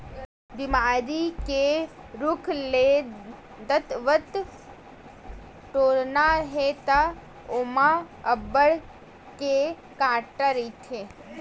बमरी के रूख ले दतवत टोरना हे त ओमा अब्बड़ के कांटा रहिथे